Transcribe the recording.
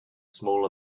small